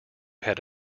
had